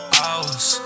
hours